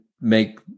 make